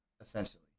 essentially